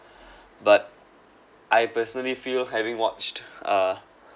but I personally feel having watched ah